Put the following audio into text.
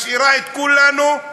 משאירה את כולנו,